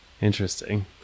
interesting